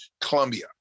Columbia